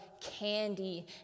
candy